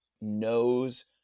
knows